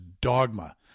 dogma